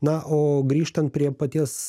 na o grįžtant prie paties